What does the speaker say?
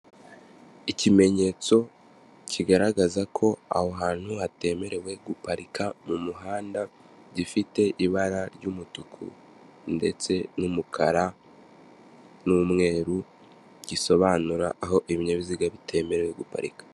Ikimenyetso kigaragaza ko aho hantu hatemerewe guparika mu muhanda, gifite ibara ry'umutuku ndetse n'umukara n'umweru, gisobanura aho ibinyabiziga bitemerewe guparika.